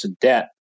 debt